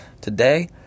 Today